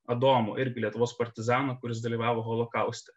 adomo irgi lietuvos partizano kuris dalyvavo holokauste